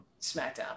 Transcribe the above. smackdown